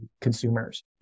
consumers